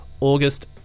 August